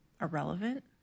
irrelevant